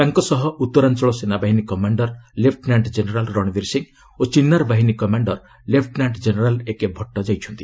ତାଙ୍କ ସହ ଉତ୍ତରାଞ୍ଚଳ ସେନାବାହିନୀ commander lieutenant general Ranbir Singh ଓ ଚିନ୍ନାର ବାହିନୀ commander lieutenant general A K Bhatt ଯାଇଛନ୍ତି